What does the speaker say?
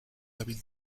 hábil